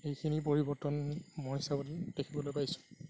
এইখিনি পৰিৱৰ্তন মই চবতে দেখিবলৈ পাইছোঁ